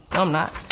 i'm not.